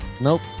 Nope